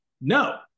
No